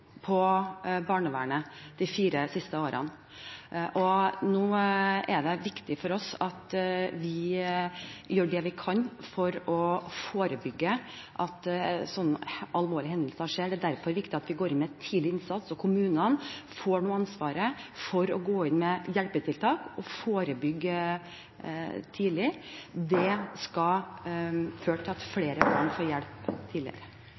på barnevernet de fire siste årene. Nå er det viktig for oss at vi gjør det vi kan for å forebygge at sånne alvorlige hendelser skjer. Det er derfor viktig at vi går inn med tidlig innsats, og kommunene får nå ansvaret for å gå inn med hjelpetiltak og forebygge tidlig. Det skal føre til at flere kan få hjelp tidligere.